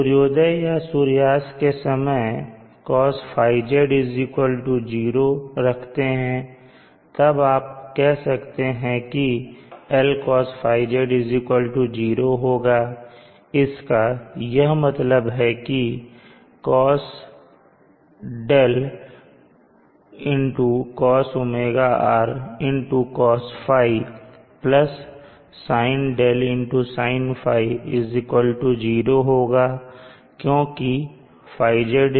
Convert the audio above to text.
सूर्योदय या सूर्यास्त के समय CosθZ 0 रखते हैं तब आप कह सकते हैं की LCosθZ 0 होगा इसका यह मतलब है की Cos δ CosωSRCos ϕ Sin 𝛿 Sin ϕ 0 होगा क्योंकि θZ 90 है